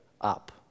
up